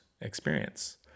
experience